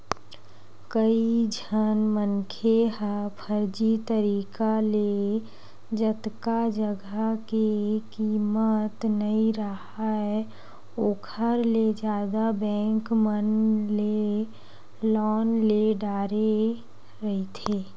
कइझन मनखे ह फरजी तरिका ले जतका जघा के कीमत नइ राहय ओखर ले जादा बेंक मन ले लोन ले डारे रहिथे